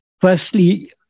Firstly